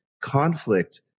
conflict